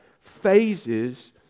phases